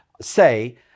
say